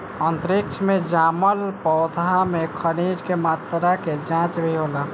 अंतरिक्ष में जामल पौधा में खनिज के मात्रा के जाँच भी होला